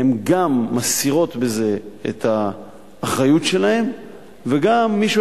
הן גם מסירות בזה את האחריות שלהן וגם מישהו